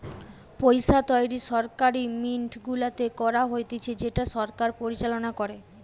পইসা তৈরী সরকারি মিন্ট গুলাতে করা হতিছে যেটাকে সরকার পরিচালনা করে